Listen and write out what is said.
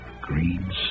green